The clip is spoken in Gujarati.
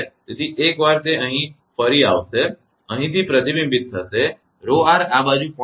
તેથી એકવાર તે અહીં આવશે ફરીથી તે અહીંથી પ્રતિબિંબિત થશે 𝜌𝑟 આ બાજુ 0